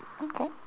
okay